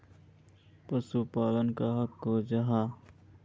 पशुपालन कहाक को जाहा?